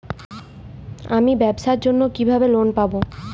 আমি ব্যবসার জন্য কিভাবে লোন পাব?